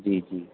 جی جی